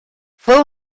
fue